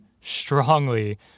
strongly